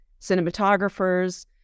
cinematographers